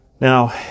Now